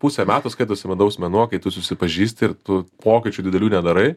pusę metų skaitosi medaus mėnuo kai tu susipažįsti ir tu pokyčių didelių nedarai